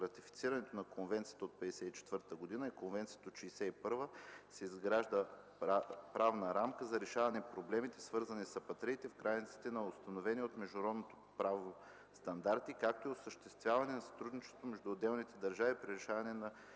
ратифицирането на Конвенцията от 1954 г. и на Конвенцията от 1961 г. се изгражда правна рамка за решаване проблемите, свързани с апатридите, в границите на установени от международното право стандарти, както и осъществяване на сътрудничество